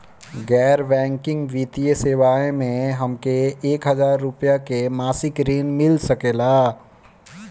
गैर बैंकिंग वित्तीय सेवाएं से हमके एक हज़ार रुपया क मासिक ऋण मिल सकेला?